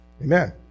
Amen